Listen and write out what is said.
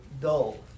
dull